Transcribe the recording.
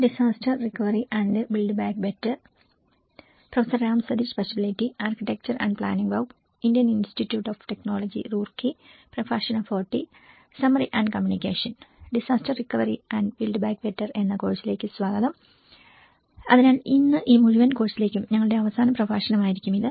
disaster recovery and build back better എന്ന കോഴ്സിലേക്ക് സ്വാഗതം അതിനാൽ ഇന്ന് ഈ മുഴുവൻ കോഴ്സിലേയും ഞങ്ങളുടെ അവസാന പ്രഭാഷണമായിരിക്കും ഇത്